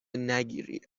نگیری